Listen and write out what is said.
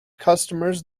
customers